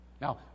Now